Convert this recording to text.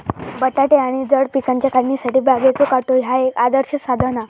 बटाटे आणि जड पिकांच्या काढणीसाठी बागेचो काटो ह्या एक आदर्श साधन हा